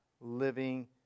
living